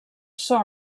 són